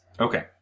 Okay